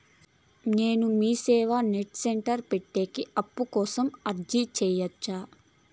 నేను MeeSeva net centre పెట్టేకి అప్పు కోసం అర్జీ సేయొచ్చా?